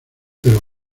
pero